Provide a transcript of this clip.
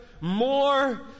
more